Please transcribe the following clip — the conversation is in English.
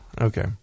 Okay